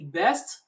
best